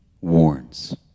warns